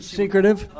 secretive